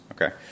Okay